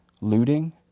looting